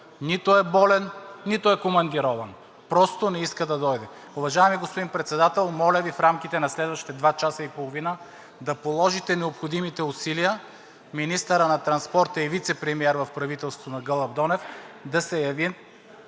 Нито е болен, нито е командирован. Просто не иска да дойде. Уважаеми господин Председател, моля Ви, в рамките на следващите два часа и половина да положите необходимите усилия министърът на транспорта и вицепремиер в правителството на Гълъб Донев да се яви,